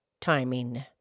timing